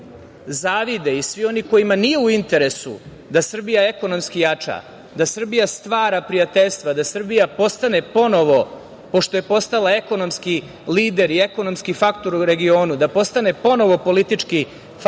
zavide i svi oni kojima nije u interesu da Srbija ekonomski jača, da Srbija stvara prijateljstva, da Srbija postane ponovo, pošto je postala ekonomski lider i ekonomski faktor u regionu, da postane ponovo politički faktor,